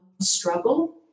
struggle